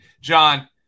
John